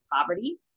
poverty